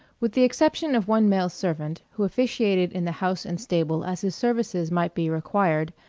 with the exception of one male servant, who officiated in the house and stable as his services might be required,